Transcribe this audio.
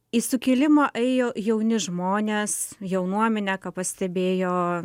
į sukilimą ėjo jauni žmonės jaunuomenė ką pastebėjo